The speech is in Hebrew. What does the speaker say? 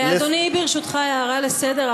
אדוני, ברשותך, הערה לסדר.